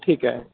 ਠੀਕ ਹੈ